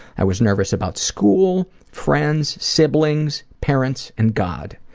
i was nervous about school, friends, siblings, parents, and god.